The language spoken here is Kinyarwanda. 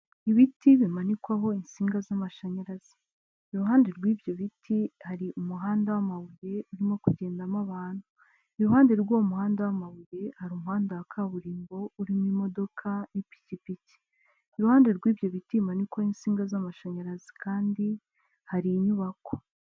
Ibiti bimanikwaho insinga z'amashanyarazi, iruhande rw'ibyo biti hari umuhanda w'amabuye urimo kugendamo abantu, iruhande rw'uwo muhanda w'amabuye hari umuhanda wa kaburimbo urimo imodoka y'ipikipiki, iruhande rw'ibyo biti bimanikwaho insinga z'amashanyarazi kandi, hari inyubako.